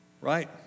Right